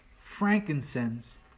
frankincense